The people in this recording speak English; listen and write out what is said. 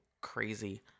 crazy